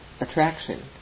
attraction